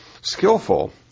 skillful